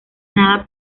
nada